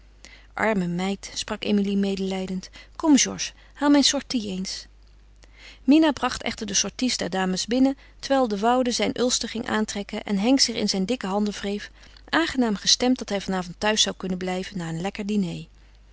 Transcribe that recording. arme meid sprak emilie medelijdend kom georges haal mijn sortie eens mina bracht echter de sorties der dames binnen terwijl de woude zijn ulster ging aantrekken en henk zich in zijn dikke handen wreef aangenaam gestemd dat hij van avond thuis zou kunnen blijven na een lekker diner